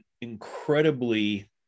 incredibly